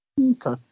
Okay